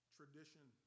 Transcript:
tradition